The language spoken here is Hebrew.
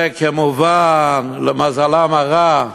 וכמובן, למזלם הרע,